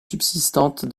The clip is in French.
subsistante